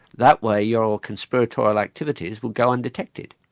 that way your conspiratorial activities would go undetected.